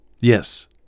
Yes